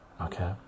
okay